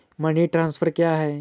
Money transfer क्या है?